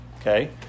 okay